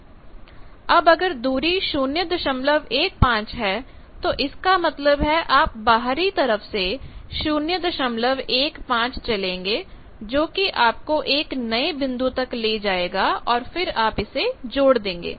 अब अगर दूरी 015 है तो इसका मतलब है आप बाहरी तरफ से 015 चलेंगे जो कि आपको एक नए बिंदु तक ले जाएगा और फिर आप इसे जोड़ देंगे